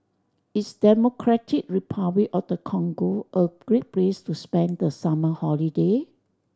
is Democratic Republic of the Congo a great place to spend the summer holiday